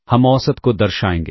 हम औसत को दर्शाएंगे